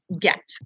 get